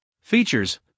features